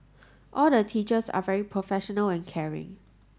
all the teachers are very professional and caring